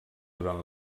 durant